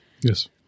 Yes